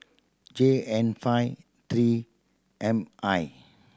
J N five Three M I